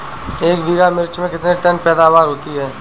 एक बीघा मिर्च में कितने टन पैदावार होती है?